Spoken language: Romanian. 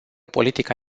politica